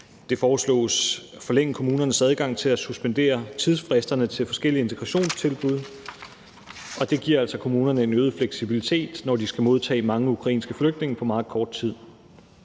Det foreslås at forlænge kommunernes adgang til at suspendere tidsfristerne for forskellige integrationstilbud. Og det giver altså kommunerne en øget fleksibilitet, når de skal modtage mange ukrainske flygtninge på meget kort tid.